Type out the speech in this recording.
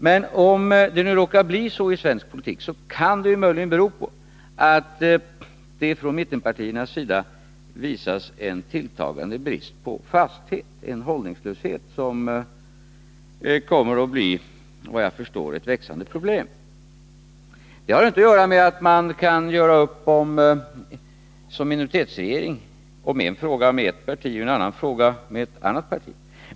Men om det nu råkar bli så i svensk politik, kan det möjligen bero på att det från mittenpartiernas sida visas en tilltagande brist på fasthet och en hållningslöshet, som — efter vad jag förstår — kommer att bli ett växande problem. Det har inte att göra med att man som minoritetsregering kan göra upp med ett parti i en fråga och med ett annat parti i en annan fråga.